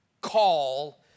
call